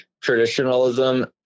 traditionalism